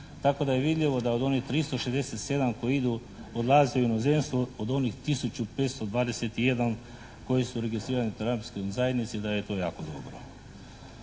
tako da je vidljivo da od onih 367 koji idu, odlaze u inozemstvo od onih 1521 koji su registrirani u terapijskoj zajednici da je to jako dobro.